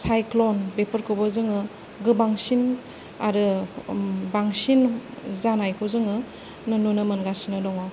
cyclone बेफोरखौबो जोङो गोबांसिन आरो बांसिन जानायखौ जोङो नुनो मोनगासिनो दङ